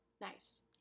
Nice